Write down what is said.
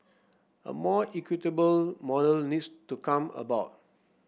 a more equitable model needs to come about